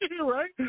Right